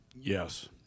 Yes